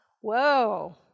Whoa